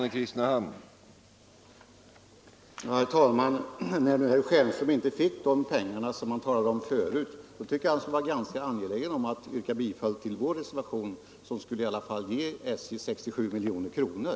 Herr talman! När nu herr Stjernström inte fick de pengar som han talade om förut tycker jag att han skulle vara ganska angelägen om att yrka bifall till min reservation, som i alla fall skulle ge SJ 67 miljoner.